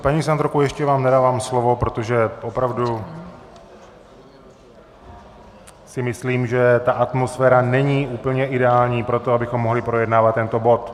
Paní senátorko, ještě vám nedávám slovo, protože opravdu si myslím, že ta atmosféra není úplně ideální pro to, abychom mohli projednávat tento bod...